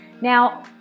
Now